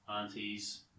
aunties